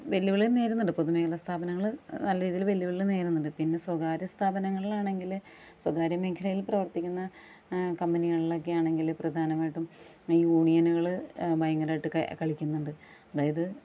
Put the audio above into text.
വെല്ലുവിളികള് നേരിടുന്നുണ്ട് പൊതുമേഖല സ്ഥാപനങ്ങള് നല്ല രീതിയില് വെല്ലുവിളികള് നേരിടുന്നുണ്ട് പിന്നെ സ്വകാര്യ സ്ഥാപനങ്ങളിലാണെങ്കില് സ്വകാര്യ മേഖലയില് പ്രവര്ത്തിക്കുന്ന കമ്പനികളിലൊക്കെയാണെങ്കില് പ്രധാനമായിട്ടും ഈ യൂണിയനുകൾ ഭയങ്കരമായിട്ടൊക്കെ കളിക്കുന്നുണ്ട് അതായത്